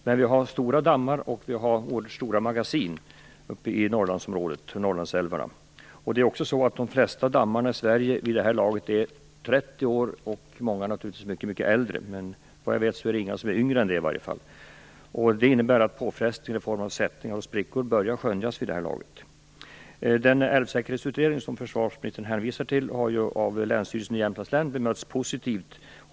Men vi har stora dammar och oerhört stora magasin uppe i Norrlandsälvarna. De flesta dammarna i Sverige är vid det här laget 30 år. Många är naturligtvis mycket äldre, men vad jag vet är det i alla fall inga älvar som är yngre än 30 år i alla fall. Det innebär att påfrestningar i form av sättningar och sprickor börjar skönjas vid det här laget. Den älvsäkerhetsutredning som försvarsministern hänvisar till har ju av Länsstyrelsen i Jämtlands län bemötts positivt.